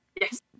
Yes